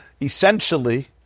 essentially